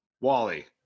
Wally